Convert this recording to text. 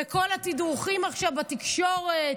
וכל התדרוכים עכשיו בתקשורת,